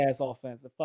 offense